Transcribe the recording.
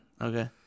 Okay